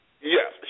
Yes